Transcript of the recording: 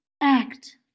act